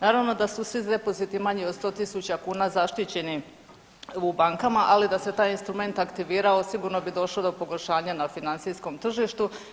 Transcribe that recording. Naravno da su svi depoziti manji od 100.000 kuna zaštićeni u bankama, ali da se taj instrument aktivirao sigurno bi došlo do pogoršanja na financijskom tržištu.